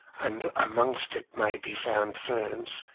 and amongst it may be found ferns,